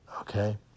okay